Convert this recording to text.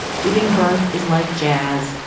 giving birth is like jazz,